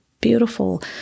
beautiful